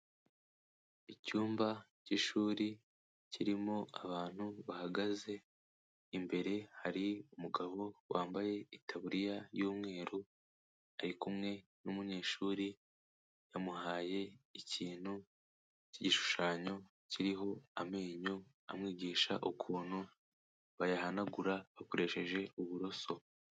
Icyumba cy'ishuri kirimo abantu bahagaze, imbere hari umugabo wambaye itaburiya y'umweru ari kumwe n'umunyeshuri; yamuhaye ikintu cyigishushanyo kiriho amenyo amwigisha ukuntu bayahanagura bakoresheje uburoso.